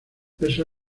eso